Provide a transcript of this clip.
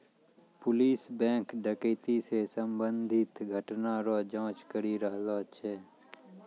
police bank डकैती से संबंधित घटना रो जांच करी रहलो छै